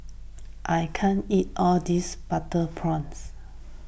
I can't eat all this Butter Prawns